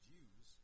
Jews